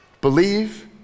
believe